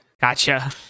Gotcha